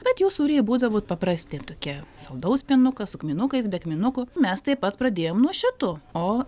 bet jų sūriai būdavo paprasti tokie saldaus pienuko su kmynukais be kmynukų mes taip pat pradėjom nuo šito o